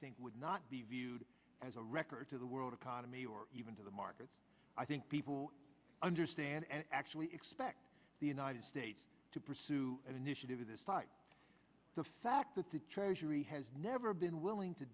would not be viewed as a record to the world economy or even to the markets i think people understand and actually expect the united states to pursue an initiative of this type the fact that the treasury has never been willing to